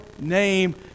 name